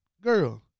girl